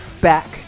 Back